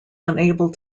unable